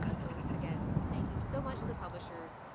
ah so again, thank you so much to publishers.